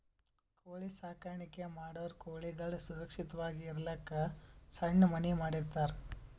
ಕೋಳಿ ಸಾಕಾಣಿಕೆ ಮಾಡೋರ್ ಕೋಳಿಗಳ್ ಸುರಕ್ಷತ್ವಾಗಿ ಇರಲಕ್ಕ್ ಸಣ್ಣ್ ಮನಿ ಮಾಡಿರ್ತರ್